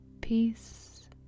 Peace